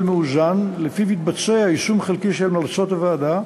מאוזן שלפיו יתבצע יישום חלקי של המלצות הוועדה,